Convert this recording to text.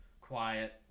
quiet